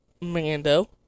Mando